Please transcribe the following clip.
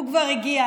והוא כבר הגיע.